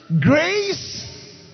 grace